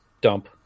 dump